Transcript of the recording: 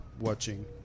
watching